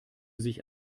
sich